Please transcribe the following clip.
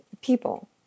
people